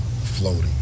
floating